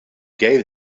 gave